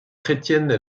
chrétiennes